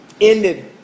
ended